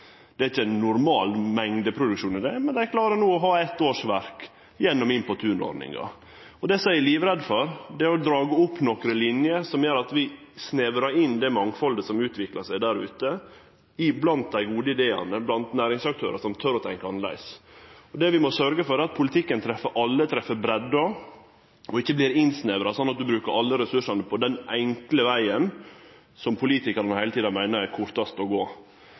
Det er ikkje ein normal mengdeproduksjon i det, men dei klarar å få eit årsverk gjennom Inn på tunet-ordninga. Det eg er livredd for, er å dra opp nokre linjer som gjer at vi snevrar inn det mangfaldet som utviklar seg der ute, i dei gode ideane blant næringsaktørar som tør å tenkje annleis. Det vi må sørgje for, er at politikken treffer alle, treffer breidda og ikkje vert innsnevra slik at ein brukar alle ressursane på den enkle vegen som politikarane heile tida meiner er kortast å gå.